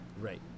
Right